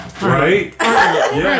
Right